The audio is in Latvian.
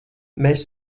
mēs